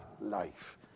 life